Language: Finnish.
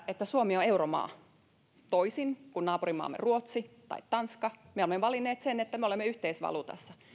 että suomi on euromaa eli toisin kuin naapurimaamme ruotsi ja tanska me olemme valinneet sen että me olemme yhteisvaluutassa